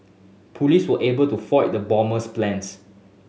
police were able to foil the bomber's plans